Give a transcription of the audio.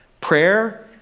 Prayer